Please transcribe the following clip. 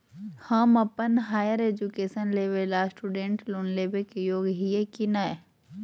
हम अप्पन higher education लेबे ला स्टूडेंट लोन लेबे के योग्य हियै की नय?